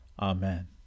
Amen